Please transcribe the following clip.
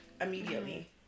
immediately